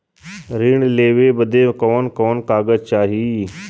ऋण लेवे बदे कवन कवन कागज चाही?